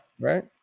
Right